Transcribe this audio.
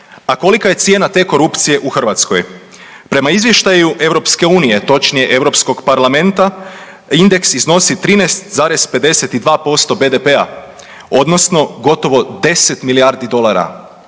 A kolika je cijena te korupcije u Hrvatskoj. Prema izvještaju EU, točnije EP, indeks iznosi 13,52% BDP-a, odnosno gotovo 10 milijardi dolara.